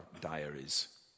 diaries